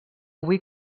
avui